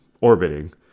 orbiting